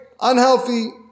unhealthy